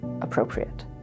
appropriate